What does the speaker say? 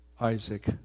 Isaac